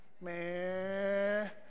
Man